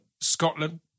Scotland